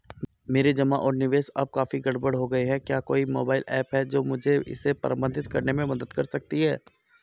मेरे जमा और निवेश अब काफी गड़बड़ हो गए हैं क्या कोई मोबाइल ऐप है जो मुझे इसे प्रबंधित करने में मदद कर सकती है?